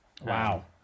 Wow